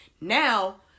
Now